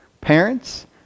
Parents